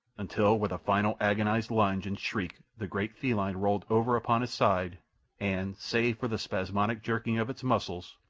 until with a final agonized lunge and shriek the great feline rolled over upon its side and, save for the spasmodic jerking of its muscles,